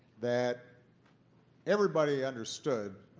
that everybody understood,